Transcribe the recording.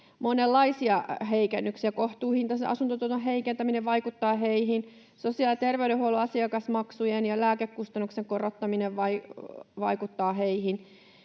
monenlaisia heikennyksiä: kohtuuhintaisen asuntotuotannon heikentäminen vaikuttaa heihin, sosiaali- ja terveydenhuollon asiakasmaksujen ja lääkekustannusten korottaminen vaikuttaa heihin.